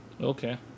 Okay